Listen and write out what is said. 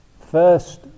first